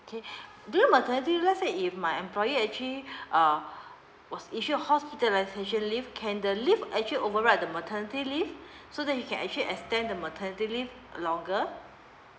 okay during maternity leave let say if my employee actually uh was if she's hospitalisation leave can the leave actually override the maternity leave so that he can actually extend the maternity leave longer